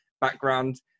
background